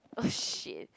oh shit